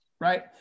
right